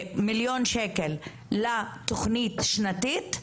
מיליון שקל לתכנית שנתית,